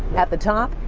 at the top,